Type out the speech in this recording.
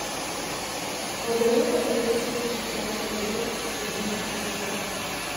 pagaliau padavėjas atnešė gražią taurę su sidabrine ąsele